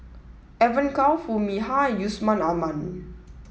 Evon Kow Foo Mee Har and Yusman Aman